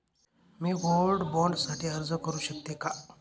मी gold bond साठी अर्ज करु शकते का?